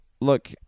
Look